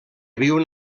viuen